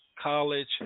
college